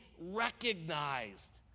recognized